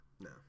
No